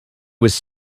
was